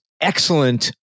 excellent